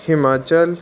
Himachal